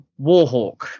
warhawk